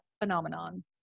phenomenon